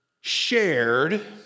shared